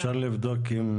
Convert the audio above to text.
אפשר לשמוע נציג של